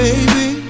Baby